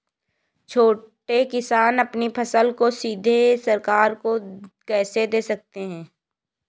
छोटे किसान अपनी फसल को सीधे सरकार को कैसे दे सकते हैं?